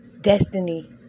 destiny